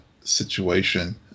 situation